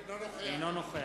אינו נוכח